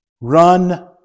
run